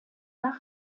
nach